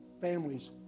families